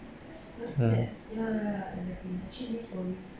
mm